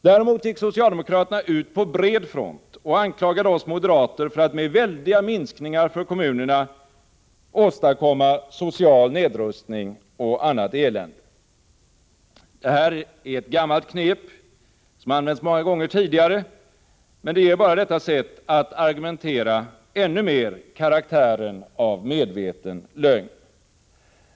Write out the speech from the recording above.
Däremot gick socialdemokraterna ut på bred front och anklagade oss moderater för att med väldiga minskningar för kommunerna åstadkomma social nedrustning och annat elände. Detta är ett gammalt knep, som använts många gånger tidigare, men det ger bara detta sätt att argumentera ännu mer karaktären av medveten lögn.